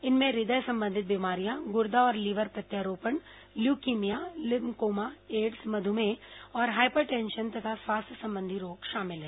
इनमें हृदय संबंधित बीमारियां गुर्दा और लीवर प्रत्यारोपण ल्यूकीमिया लिम्कोमा एड्स मधुमेह और हायपरटेंशन तथा श्वास संबंधी रोग शामिल हैं